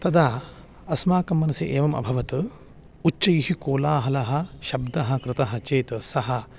तदा अस्माकं मनसि एवम् अभवत् उच्चैः कोलाहलः शब्दः कृतः चेत् सः